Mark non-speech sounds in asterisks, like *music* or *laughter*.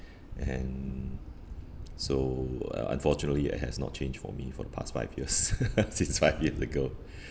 and so uh unfortunately it has not changed for me for the past five years *laughs* since five years ago